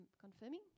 confirming